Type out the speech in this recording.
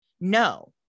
No